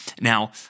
Now